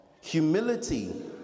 humility